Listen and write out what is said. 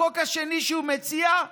החוק השני שהוא מציע: